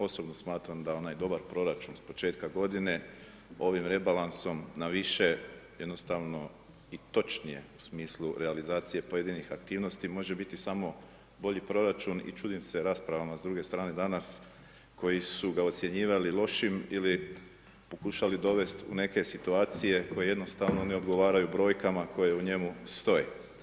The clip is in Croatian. Osobno smatram da onaj dobar proračun s početka godine ovim rebalansom na više jednostavno i točnije u smislu realizacije pojedinih aktivnosti može biti samo bolji proračun i čudim se raspravama s druge strane danas, koji su ga ocjenjivali lošim ili pokušali dovest u neke situacije koje jednostavno ne odgovaraju brojkama koje u njemu stoje.